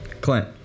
Clint